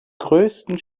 größten